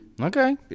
okay